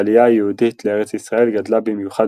העלייה היהודית לארץ ישראל גדלה במיוחד